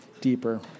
deeper